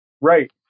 Right